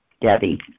Debbie